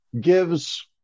gives